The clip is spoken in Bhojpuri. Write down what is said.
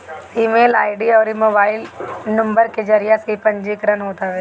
ईमेल आई.डी अउरी मोबाइल नुम्बर के जरिया से इ पंजीकरण होत हवे